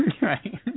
Right